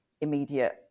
immediate